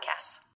podcasts